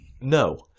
No